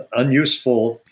unuseful,